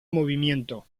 movimiento